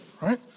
right